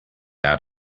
out